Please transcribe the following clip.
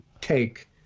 take